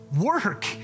work